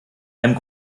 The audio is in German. einem